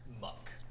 muck